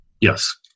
Yes